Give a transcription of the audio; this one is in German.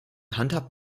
handhabt